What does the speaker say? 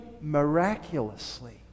miraculously